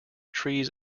trees